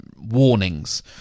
warnings